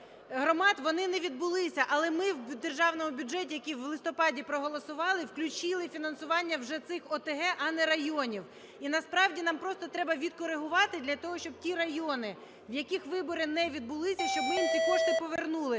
громад вони не відбулися, але ми в Державному бюджеті, який в листопаді проголосували, включили фінансування вже цих ОТГ, а не районів. І насправді нам просто треба відкоригувати, для того щоб ті райони, в яких вибори не відбулися, щоб їм ці кошти повернули.